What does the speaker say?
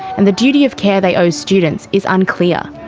and the duty of care they owe students is unclear.